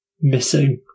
missing